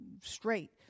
straight